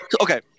okay